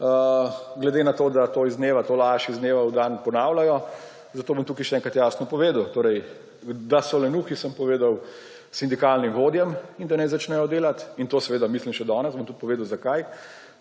glede na to, da to laž iz dneva v dan ponavljajo. Zato bom tukaj še enkrat jasno povedal. Da so lenuhi, sem povedal sindikalnim vodjam, in da naj začnejo delat, in to seveda mislim še danes, bom tudi povedal, zakaj.